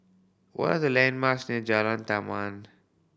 what are the landmarks near Jalan Taman